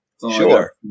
sure